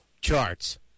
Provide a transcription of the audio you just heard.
charts